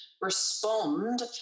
respond